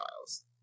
miles